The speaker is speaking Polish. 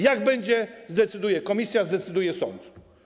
Jak będzie, zdecyduje komisja, zdecyduje sąd.